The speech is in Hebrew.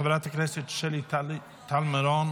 חברת הכנסת שלי טל מירון,